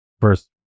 first